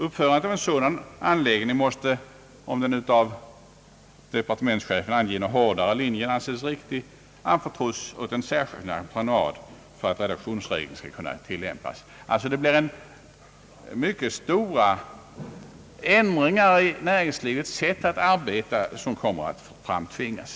Uppförandet av en sådan anläggning måste, om den av departementschefen angivna hårdare linjen anses riktig, anförtros åt en särskild entreprenad för att reduktionsregeln skall kunna tillämpas. Mycket stora ändringar i näringslivets sätt att arbeta kommer sålunda att framtvingas.